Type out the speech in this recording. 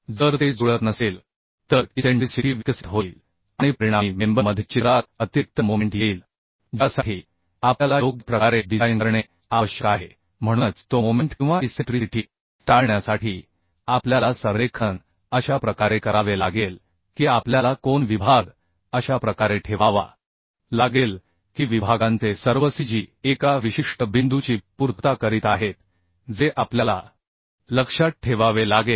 जर ते जुळत नसेल तर इसेंट्रीसिटी विकसित होईल आणि परिणामी मेंबर मध्ये चित्रात अतिरिक्त मोमेंट येईल ज्यासाठी आपल्याला योग्य प्रकारे डिझाइन करणे आवश्यक आहे म्हणूनच तो मोमेंट किंवा इसेंट्रीसिटी टाळण्यासाठी आपल्याला संरेखन अशा प्रकारे करावे लागेल की आपल्याला कोन विभाग अशा प्रकारे ठेवावा लागेल की विभागांचे सर्वcg एका विशिष्ट बिंदूची पूर्तता करीत आहेत जे आपल्याला लक्षात ठेवावे लागेल